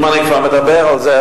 אם אני כבר מדבר על זה,